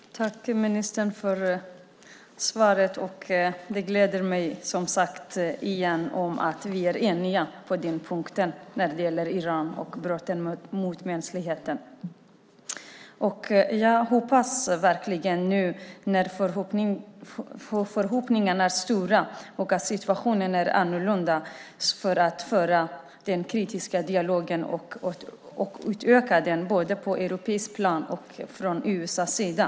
Fru talman! Jag tackar ministern för svaret. Det gläder mig att vi är eniga den punkten när det gäller Iran och brotten mot mänskligheten. Förhoppningarna är nu stora och situationen är annorlunda för att föra en kritisk dialog och utöka den både på europeiskt plan och från USA:s sida.